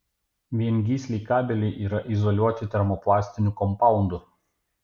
viengysliai kabeliai yra izoliuoti termoplastiniu kompaundu